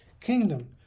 kingdom